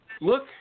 look –